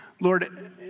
Lord